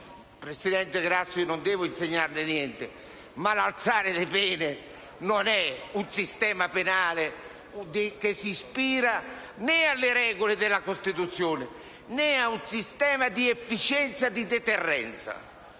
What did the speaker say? Presidente Grasso, non devo insegnarle alcunché, ma l'elevare le pene non è un sistema penale che si ispira alle regole della Costituzione, né ad un sistema efficiente di deterrenza.